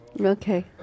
Okay